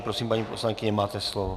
Prosím, paní poslankyně, máte slovo.